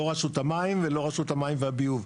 לא רשות המים, ולא רשות המים והביוב.